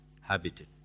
habited